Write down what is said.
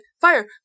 Fire